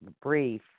brief